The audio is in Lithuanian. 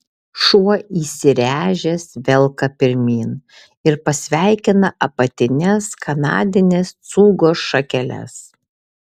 šuo įsiręžęs velka pirmyn ir pasveikina apatines kanadinės cūgos šakeles